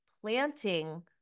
planting